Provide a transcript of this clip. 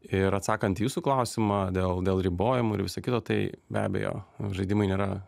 ir atsakant į jūsų klausimą dėl dėl ribojimų ir viso kito tai be abejo žaidimai nėra